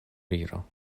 viro